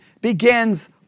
begins